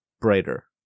brighter